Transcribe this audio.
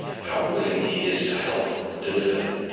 how willing he is to help and deliver him,